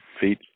feet